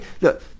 look